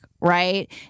Right